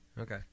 Okay